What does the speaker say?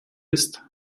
ist